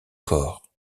corps